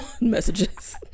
messages